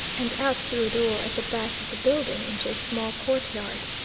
and out through a door at the back of the building into a small courtyard.